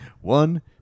One